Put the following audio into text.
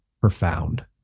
profound